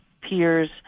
peers